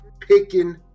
picking